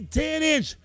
ten-inch